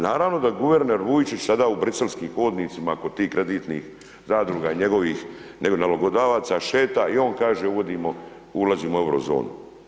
naravno da guverner Vujčić sada u briselskim hodnicima kod tih kreditnih zadruga njegovih nego nalogodavaca šeta i on kaže uvodimo, ulazimo u Eurozonu.